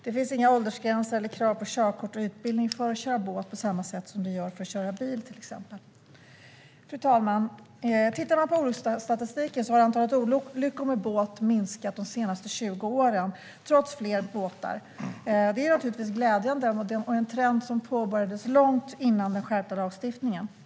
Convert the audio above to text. Det finns inga åldersgränser eller krav på körkort och utbildning för att köra båt på samma sätt som det exempelvis gör för att köra bil. Fru talman! Olycksstatistiken visar att antalet olyckor med båt har minskat de senaste 20 åren, trots fler båtar. Det är naturligtvis glädjande, och det är en trend som påbörjades långt innan den skärpta lagstiftningen kom till.